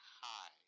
High